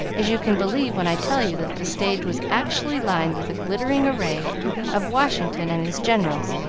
as you can believe when i tell you that the stage was actually lined with a glittering array of washington and his generals,